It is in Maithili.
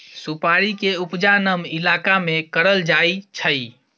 सुपारी के उपजा नम इलाका में करल जाइ छइ